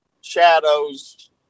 shadows